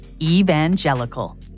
Evangelical